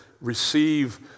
receive